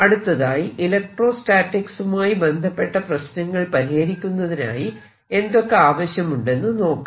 അടുത്തതായി ഇലക്ട്രോസ്റ്റാറ്റിക്സുമായി ബന്ധപ്പെട്ട പ്രശ്നങ്ങൾ പരിഹരിക്കുന്നതിനായി എന്തൊക്കെ ആവശ്യമുണ്ടെന്ന് നോക്കാം